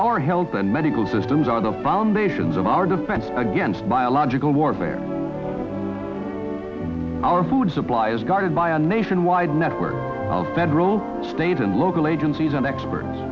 our health and medical systems are the brown basins of our defense against biological warfare our food supply is guarded by a nationwide network of bedroll state and local agencies and experts